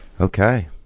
Okay